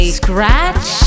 scratch